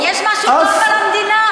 יש משהו טוב על המדינה?